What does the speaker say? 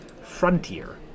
Frontier